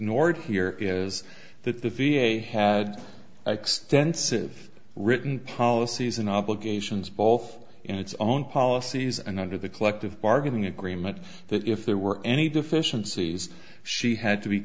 ignored here is that the v a had extensive written policies and obligations both in its own policies and under the collective bargaining agreement that if there were any deficiencies she had to be